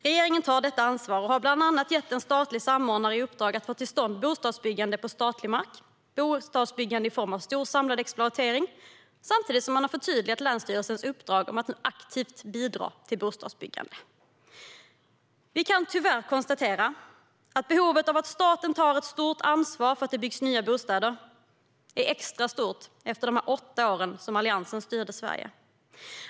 Regeringen tar detta ansvar och har bland annat gett en statlig samordnare i uppdrag att få till stånd bostadsbyggande på statlig mark och bostadsbyggande i form av en stor samlad exploatering samtidigt som man har förtydligat länsstyrelsernas uppdrag att aktivt bidra till bostadsbyggande. Vi kan tyvärr konstatera att behovet av att staten tar ett stort ansvar för att det byggs nya bostäder är extra stort efter de åtta år som Alliansen styrde Sverige.